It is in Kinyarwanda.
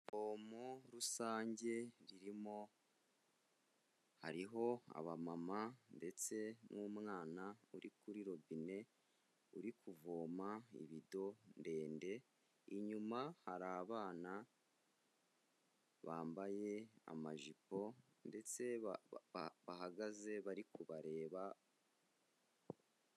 Ivomo rusange ririmo, hariho abamama ndetse n'umwana uri kuri robine uri kuvoma ibido ndende, inyuma hari abana bambaye amajipo ndetse bahagaze bari kubareba.